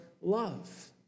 love